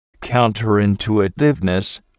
counterintuitiveness